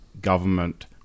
government